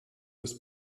das